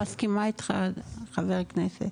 אני מסכימה איתך חבר הכנסת.